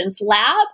Lab